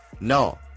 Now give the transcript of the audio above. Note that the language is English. no